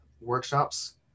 workshops